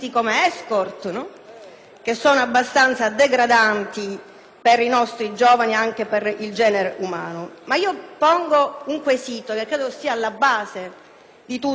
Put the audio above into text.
che sono abbastanza degradanti per i nostri giovani e per il genere umano. Pongo allora un quesito che credo sia alla base di tutto ciò: